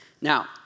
Now